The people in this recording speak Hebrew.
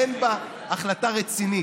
אין בה החלטה רצינית,